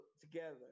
together